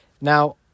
Now